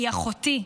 היא אחותי.